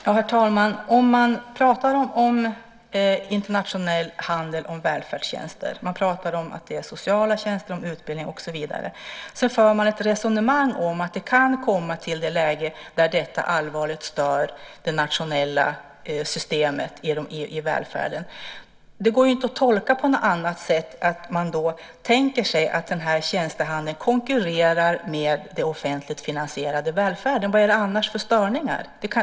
Herr talman! Man pratar om internationell handel och välfärdstjänster. Man pratar om sociala tjänster, utbildning och så vidare. Så för man ett resonemang om att det kan komma till ett läge där detta allvarligt stör det nationella systemet i välfärden. Det går inte att tolka på något annat sätt än att man då tänker sig att tjänstehandeln konkurrerar med den offentligt finansierade välfärden. Vad är det annars för störningar?